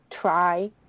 try